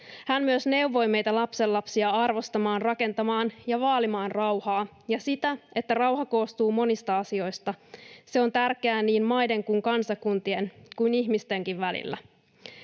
Hän myös neuvoi meitä lapsenlapsia arvostamaan, rakentamaan ja vaalimaan rauhaa ja sitä, että rauha koostuu monista asioista. Se on tärkeää niin maiden ja kansakuntien kuin ihmistenkin välillä.